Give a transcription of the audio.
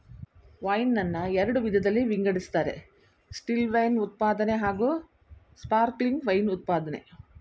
wine ನನ್ನ ಎರಡು ವಿಧದಲ್ಲಿ ವಿಂಗಡಿಸ್ತಾರೆ ಸ್ಟಿಲ್ವೈನ್ ಉತ್ಪಾದನೆ ಹಾಗೂಸ್ಪಾರ್ಕ್ಲಿಂಗ್ ವೈನ್ ಉತ್ಪಾದ್ನೆ